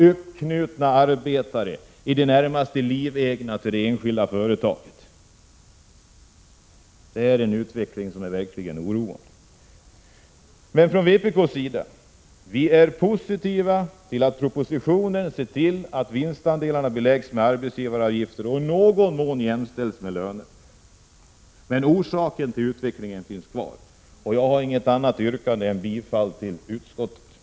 Uppknutna arbetare, i det närmaste livegna till företaget, det är en utveckling som är oroande. Från vpk:s sida är vi positiva till propositionen och vill att vinstandelarna beläggs med arbetsgivaravgifter och i någon mån jämställs med löner. Men orsaken till utvecklingen finns kvar. Jag har inget annat yrkande än bifall till utskottets hemställan.